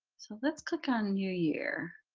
so let's click on new year,